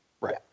right